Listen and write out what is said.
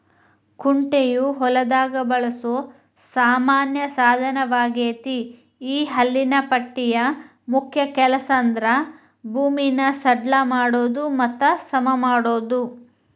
ಕುಂಟೆಯು ಹೊಲದಾಗ ಬಳಸೋ ಸಾಮಾನ್ಯ ಸಾದನವಗೇತಿ ಈ ಹಲ್ಲಿನ ಪಟ್ಟಿಯ ಮುಖ್ಯ ಕೆಲಸಂದ್ರ ಭೂಮಿನ ಸಡ್ಲ ಮಾಡೋದು ಮತ್ತ ಸಮಮಾಡೋದು